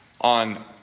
on